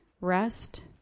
rest